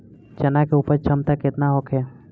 चना के उपज क्षमता केतना होखे?